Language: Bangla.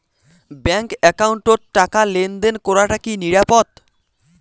ব্যাংক একাউন্টত টাকা লেনদেন করাটা কি নিরাপদ?